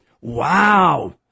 Wow